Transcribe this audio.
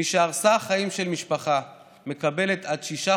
מי שהרסה חיים של משפחה מקבלת עד שישה